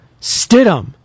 Stidham